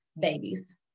babies